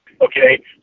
Okay